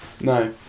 No